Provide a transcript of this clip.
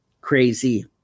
crazy